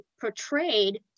portrayed